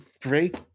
break